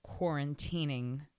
quarantining